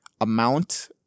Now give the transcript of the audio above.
amount